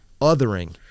othering